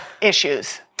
issues